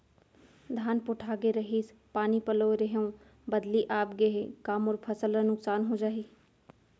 धान पोठागे रहीस, पानी पलोय रहेंव, बदली आप गे हे, का मोर फसल ल नुकसान हो जाही?